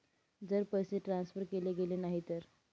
जर पैसे ट्रान्सफर केले गेले नाही तर?